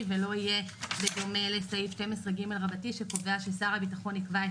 ולא יהיה בדומה לסעיף 12ג שקובע ששר הביטחון יקבע את